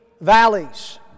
valleys